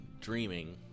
dreaming